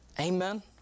Amen